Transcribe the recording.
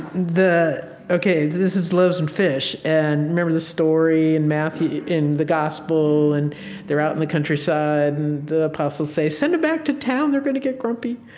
the ok. this is loaves and fish. and remember the story in matthew in the gospel, and they're out in the countryside, and the apostles say, send them back to town, they're going to get grumpy.